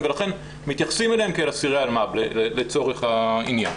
ולכן מתייחסים אליהם כאל אסירי אלמ"ב לצורך העניין.